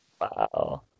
Wow